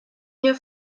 hier